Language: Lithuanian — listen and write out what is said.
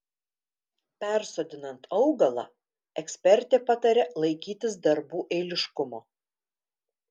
persodinant augalą ekspertė pataria laikytis darbų eiliškumo